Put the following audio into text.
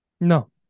No